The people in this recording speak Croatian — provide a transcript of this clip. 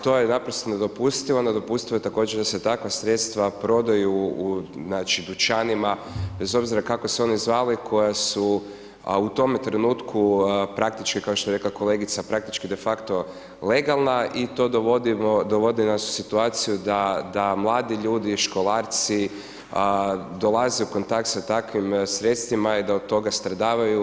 To je naprosto nedopustivo, nedopustivo je također, da se takva sredstva prodaju u dućanima, bez obzira kako se oni zvali, koja su u tome trenutku, praktički, kao što je rekla kolegica, praktički de facto legalna i to dovodi nas u situaciju, da mladi ljudi, školarci dolaze u kontakt s takvim sredstvima i da od toga stradavaju.